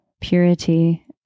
purity